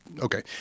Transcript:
okay